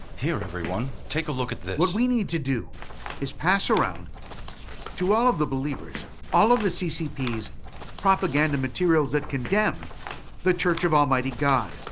here everyone, take a look at this. what we need to do is pass around to all of the believers all of the ccp's propaganda materials that condemn the church of almighty god.